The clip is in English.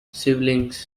siblings